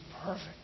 perfect